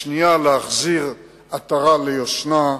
השנייה, להחזיר עטרה ליושנה,